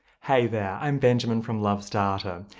hey there, i'm benjamin from loves data.